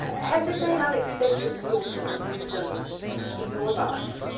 have there been unexpected sources of wisdom in your life?